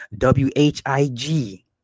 WHIG